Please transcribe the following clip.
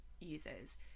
users